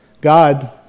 God